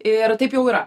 ir taip jau yra